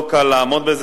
לא קל לעמוד בזה.